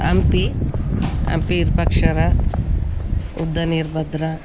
Hampi Hampi Virupaksheshwara Uddana Veerabhadra